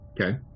Okay